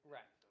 Right